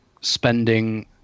spending